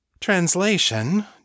Translation